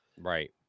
right